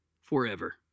forever